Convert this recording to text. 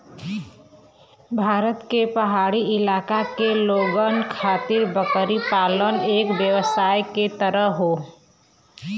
भारत के पहाड़ी इलाका के लोगन खातिर बकरी पालन एक व्यवसाय के तरह हौ